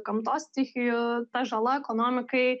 gamtos stichijų ta žala ekonomikai